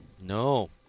No